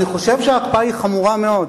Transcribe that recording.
אני חושב שההקפאה היא חמורה מאוד.